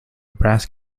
breast